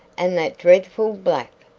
and that dreadful black,